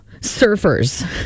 surfers